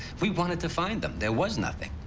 we wanted to find them. there was nothing.